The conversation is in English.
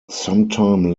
sometime